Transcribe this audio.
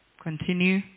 Continue